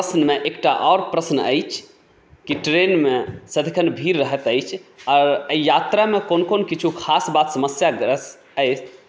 प्रश्नमे एकटा आओर प्रश्न अछि कि ट्रेनमे सदिखन भीड़ रहैत अछि आओर अहि यात्रामे कोन कोन किछो खास बात समस्या अछि